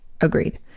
Agreed